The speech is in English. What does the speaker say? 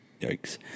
Yikes